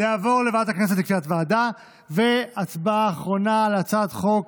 אני קובע כי הצעת החוק התקבלה ותעבור להמשך דיון,